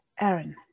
Aaron